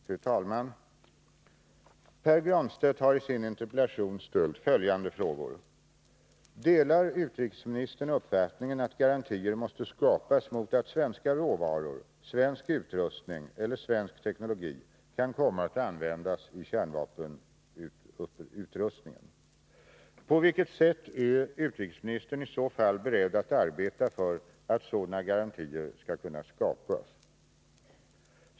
Fru talman! Pär Granstedt har i sin interpellation ställt följande frågor: 1. Delar utrikesministern uppfattningen att garantier måste skapas mot att svenska råvaror, svensk utrustning eller svensk teknologi kan komma att användas i kärnvapenutrustningen? 2. På vilket sätt är utrikesministern i så fall beredd att arbeta för att sådana garantier skall kunna skapas?